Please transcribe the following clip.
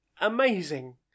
amazing